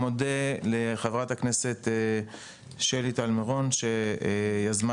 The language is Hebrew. אני מודה לחברת הכנסת שלי טל מירון שיזמה